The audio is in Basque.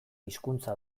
hizkuntza